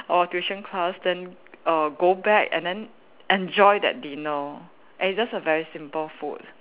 our tuition class then err go back and then enjoy that dinner and it's just a very simple food